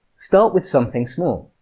start with something small.